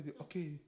Okay